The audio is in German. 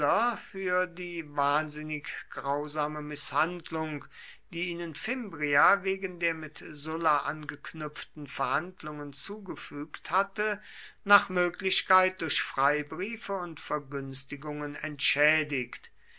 für die wahnsinnig grausame mißhandlung die ihnen fimbria wegen der mit sulla angeknüpften verhandlungen zugefügt hatte nach möglichkeit durch freibriefe und vergünstigungen entschädigt